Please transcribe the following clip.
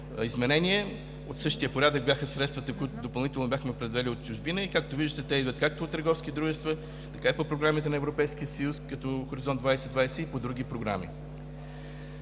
изменение. От същия порядък бяха средствата, които допълнително бяхме превели от чужбина и, както виждате, те идват както от търговски дружества, така и по програмите на Европейския съюз като Хоризонт 2020, и по други програми.